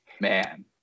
man